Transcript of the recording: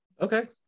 okay